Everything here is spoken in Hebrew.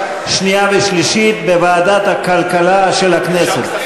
שנייה ושלישית בוועדת הכלכלה של הכנסת.